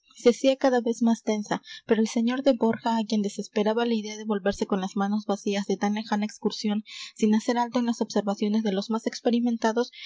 se hacía cada vez más densa pero el señor de borja á quien desesperaba la idea de volverse con las manos vacías de tan lejana excursión sin hacer alto en las observaciones de los más experimentados